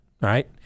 right